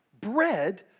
bread